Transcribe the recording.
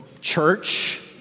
church